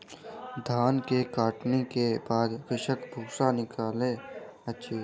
धान के कटनी के बाद कृषक भूसा निकालै अछि